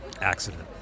accident